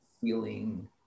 feeling